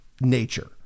nature